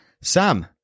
sam